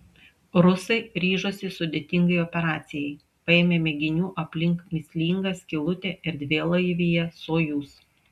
rusai ryžosi sudėtingai operacijai paėmė mėginių aplink mįslingą skylutę erdvėlaivyje sojuz